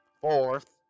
Fourth